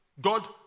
God